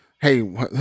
hey